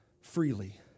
freely